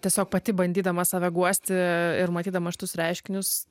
tiesiog pati bandydama save guosti ir matydama šitus reiškinius